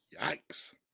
Yikes